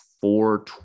Four